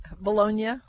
Bologna